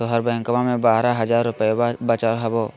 तोहर बैंकवा मे बारह हज़ार रूपयवा वचल हवब